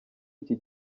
iki